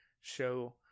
show